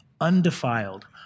undefiled